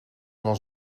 was